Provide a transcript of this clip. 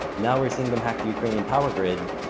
now we're seeing them hack the ukrainian power grid.